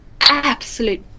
absolute